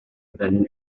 brenin